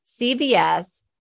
CBS